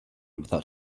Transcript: without